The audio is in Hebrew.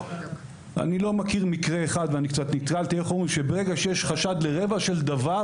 אני לא מכיר מקרה אחד שברגע שיש חשד לרבע של דבר,